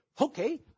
okay